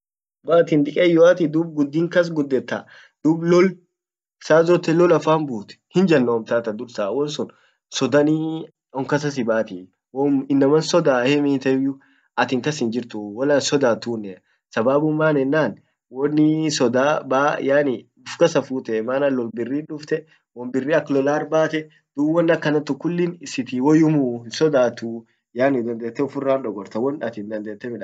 waatin dikkeyyoati dub guddin kas guddeta dub loll saa zote loll affan but hin jannomtaa tadursa wonsun soddan on kassa sibatii wom innaman sodaa hiiteyu atin kas hinjiruu walahinsadatunnea sababun maan ennan won sodan baa yaani uf kasa futee maana loll birrir dufte won birri ak lollar bate dub win akanantun kulli siti woyumuu hinsodatu yaani dandete ufirra hindogorta won atin dandete midassit